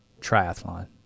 triathlon